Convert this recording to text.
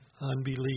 unbelief